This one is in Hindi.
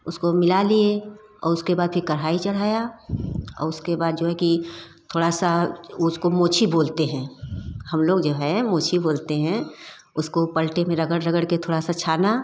उसको मिला लिये और उसके बाद फिर कढ़ाई चढ़ाया और उसके बाद जो है कि थोड़ा सा उसको मोची बोलते हैं हम लोग जो है मोची बोलते हैं उसको पलटे में रगड़ रगड़ कर थोड़ा सा छाना